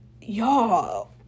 Y'all